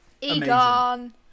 Egon